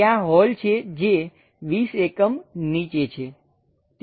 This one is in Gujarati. ત્યાં હોલ છે જે 20 એકમ નીચે છે